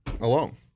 Alone